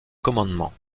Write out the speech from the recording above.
commandement